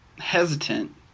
hesitant